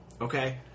Okay